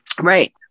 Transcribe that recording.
Right